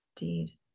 Indeed